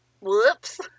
Whoops